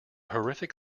horrific